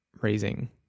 raising